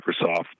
Microsoft